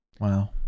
Wow